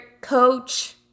coach